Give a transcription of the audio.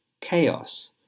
chaos